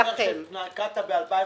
זה אומר שנקטת ב-2023,